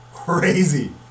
Crazy